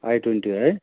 I twenty है